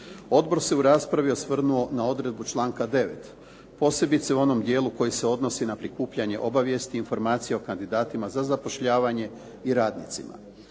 Odbor se u raspravi osvrnuo na odredbu članka 9. posebice u onom dijelu koji se odnosi na prikupljanje obavijesti i informacija o kandidatima za zapošljavanje i radnicima.